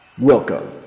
Welcome